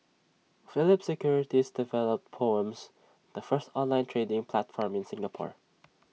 Phillip securities developed poems the first online trading platform in Singapore